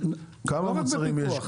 כמה מוצרים יש?